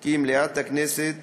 כי מליאת הכנסת